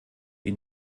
die